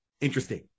interesting